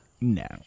No